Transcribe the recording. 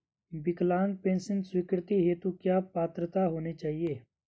विकलांग पेंशन स्वीकृति हेतु क्या पात्रता होनी चाहिये?